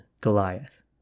Goliath